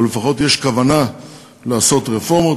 אבל לפחות יש כוונה לעשות רפורמות.